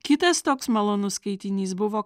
kitas toks malonus skaitinys buvo